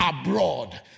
abroad